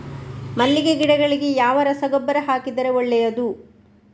ಮಲ್ಲಿಗೆ ಗಿಡಗಳಿಗೆ ಯಾವ ರಸಗೊಬ್ಬರ ಹಾಕಿದರೆ ಒಳ್ಳೆಯದು?